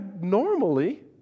normally